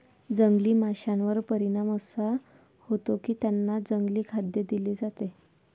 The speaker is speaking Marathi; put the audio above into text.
जंगली माशांवर परिणाम असा होतो की त्यांना जंगली खाद्य दिले जाते